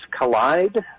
Collide